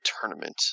tournament